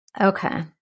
Okay